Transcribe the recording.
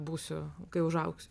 būsiu kai užaugsiu